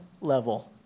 level